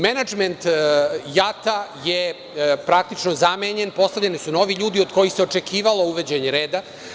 Menadžment „JAT-a“ je praktično zamenjen, postavljeni su novi ljudi od kojih se očekivalo uvođenje reda.